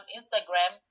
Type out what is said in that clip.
Instagram